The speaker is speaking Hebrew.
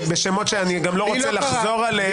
-- ובשמות שאני גם לא רוצה לחזור עליהם.